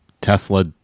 Tesla